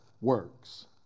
works